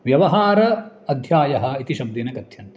व्यवहार अध्यायः इति शब्देन कथ्यन्ते